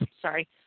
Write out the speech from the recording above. sorry